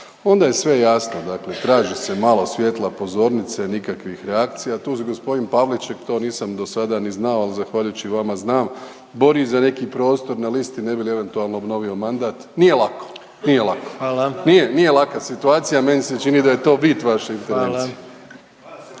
onda je sve jasno. Dakle, traži se malo svjetla pozornice, nikakvih reakcija. Tu se gospodin Pavliček to nisam do sada ni znao, ali zahvaljujući vama znam bori za neki prostor na listi ne bi li eventualno obnovio mandat. Nije lako, nije lako! …/Upadica predsjednik: Hvala./… Nije, nije laka situacija. Meni se čini da je to vid vaše intervencije. **Jandroković,